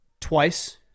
twice